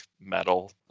metal